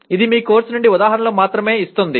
ఇది మీ కోర్సు నుండి ఉదాహరణలు మాత్రమే ఇస్తుంది